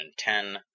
2010